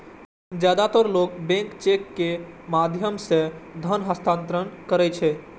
जादेतर लोग bank cheque के माध्यम सं धन हस्तांतरण करै छै